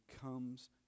comes